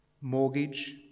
Mortgage